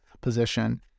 position